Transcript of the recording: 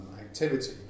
activity